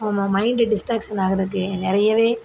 நம்ம mind distraction ஆகுறதுக்கு நிறையவே